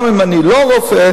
גם אם אני לא רופא,